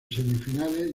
semifinales